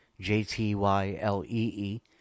J-T-Y-L-E-E